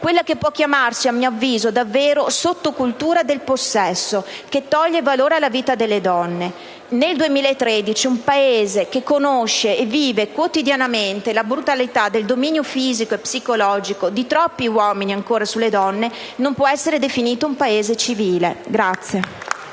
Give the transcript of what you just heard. quella che può davvero chiamarsi, a mio avviso, sottocultura del possesso, che toglie valore alla vita delle donne. Nel 2013, un Paese che conosce e vive quotidianamente la brutalità del dominio fisico, psicologico, di troppi uomini sulle donne, non può essere definito civile.